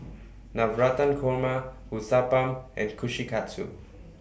Navratan Korma Uthapam and Kushikatsu